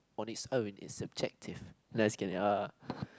nice getting up